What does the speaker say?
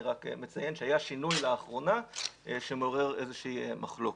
אני רק מציין שלאחרונה היה שינוי שמעורר איזושהי מחלוקת.